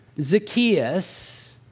Zacchaeus